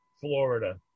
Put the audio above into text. Florida